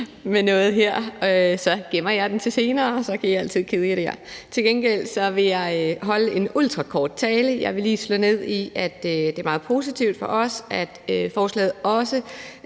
med noget her gemmer jeg den til senere – så kan I altid kede jer der. Til gengæld vil jeg holde en ultrakort tale. Jeg vil lige slå ned på, at det er meget positivt for os, at forslaget også